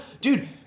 Dude